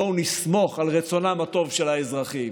בואו נסמוך על רצונם הטוב של האזרחים.